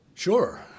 Sure